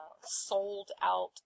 sold-out